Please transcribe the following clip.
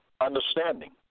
understanding